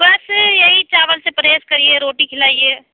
بس یہی چاول سے پرہیز کریئے روٹی کھلایئے